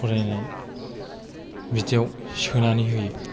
फरायनाय बिदियाव सोनानै होयो